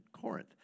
Corinth